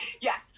yes